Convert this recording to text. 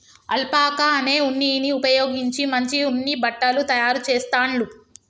alpaca అనే ఉన్నిని ఉపయోగించి మంచి ఉన్ని బట్టలు తాయారు చెస్తాండ్లు